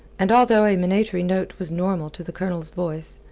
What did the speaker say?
and although a minatory note was normal to the colonel's voice,